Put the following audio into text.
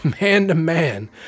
man-to-man